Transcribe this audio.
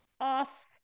off